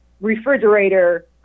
refrigerator